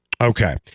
Okay